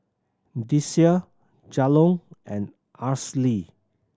Deasia Jalon and Aracely